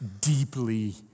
deeply